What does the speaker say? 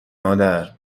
مادر